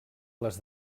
les